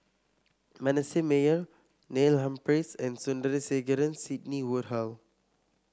Manasseh Meyer Neil Humphreys and Sandrasegaran Sidney Woodhull